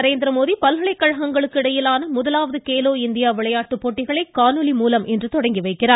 நரேந்திரமோடி பல்கலைகழகங்களுக்கு இடையிலான முதலாவது கேலோ இந்தியா விளையாட்டுப் போட்டிகளை காணொலி காட்சி மூலம் இன்று தொடங்கி வைக்கிறார்